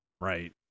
right